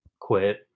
quit